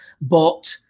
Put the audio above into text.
But-